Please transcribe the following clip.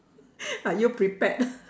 are you prepared